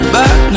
back